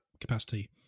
capacity